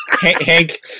Hank